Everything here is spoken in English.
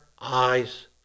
eyes